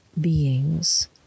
Beings